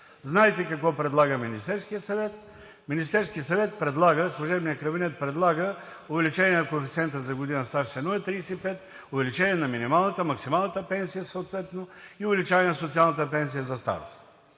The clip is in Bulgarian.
Знаете какво предлага Министерският съвет. Министерският съвет, служебният кабинет, предлага увеличение на коефициент за година стаж – 1,35, увеличение на минималната, максималната пенсия съответно, и увеличаване на социалната пенсия за старост.